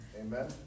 Amen